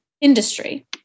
industry